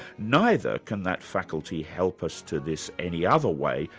neither can that faculty help us to this any other way,